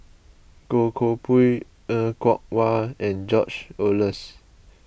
Goh Koh Pui Er Kwong Wah and George Oehlers